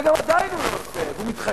וגם עדיין הוא לא עושה והוא מתחכם.